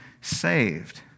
saved